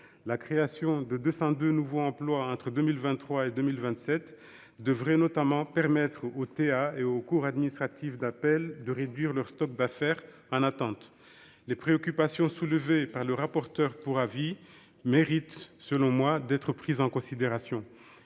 La création de 202 nouveaux emplois entre 2023 et 2027 devrait notamment permettre aux tribunaux administratifs et aux cours administratives d'appel de réduire leurs stocks d'affaires en attente. Les préoccupations soulevées par le rapporteur pour avis Benarroche méritent, selon moi, d'être prises en considération.